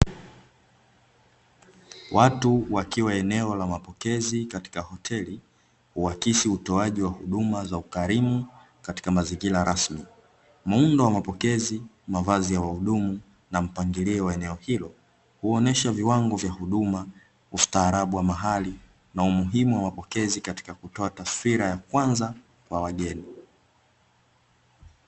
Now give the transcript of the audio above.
Watu wakiwa eneo la mapokezi katika hoteli, huakisi hutoaji wa huduma za ukarimu, katika mazingira rasmi. Muundo wa mapokezi, mavazi ya wahudumu, na mpangalio wa eneo hilo huonyesha viwango vya huduma, ustaarabu wa mahali na umuhimu wa mapokezi katika kutoa taswira ya kwanza kwa wageni